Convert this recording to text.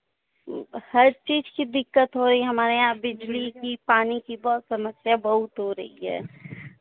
हर चीज़ की दिक्कत हो रही है हमारे यहाँ बिजली की पानी की बहुत समस्या बहुत हो रही है